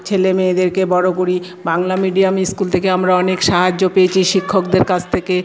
ছেলে মেয়েদেরকে বড়ো করি বাংলা মিডিয়াম স্কুল থেকে আমরা অনেক সাহায্য পেয়েছি শিক্ষকদের কাছ থেকে